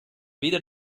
weder